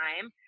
time